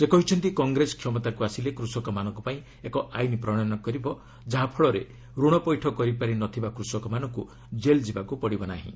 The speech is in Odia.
ସେ କହିଛନ୍ତି କଂଗ୍ରେସ କ୍ଷମତାକୁ ଆସିଲେ କୃଷକମାନଙ୍କ ପାଇଁ ଏକ ଆଇନ ପ୍ରଶୟନ କରିବ ଯାହାଫଳରେ ଋଣ ପୈଠ କରିପାରି ନ ଥିବା କୃଷକମାନଙ୍କୁ ଜେଲ୍ ଯିବାକୁ ପଡ଼ିବ ନାହିଁ